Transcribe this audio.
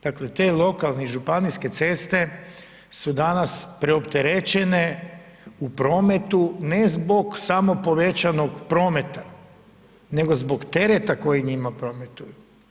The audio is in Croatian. Dakle te lokalne i županijske ceste su danas preopterećene u prometu ne zbog samo povećanog prometa nego zbog tereta koji njima prometuje.